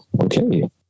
okay